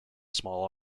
small